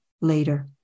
later